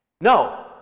No